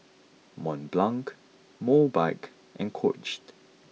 Mont Blanc Mobike and Coached